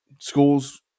Schools